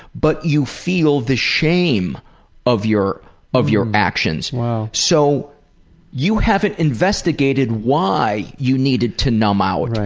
but you feel the shame of your of your actions. wow. so you haven't investigated why you needed to numb out. right.